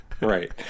right